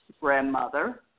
grandmother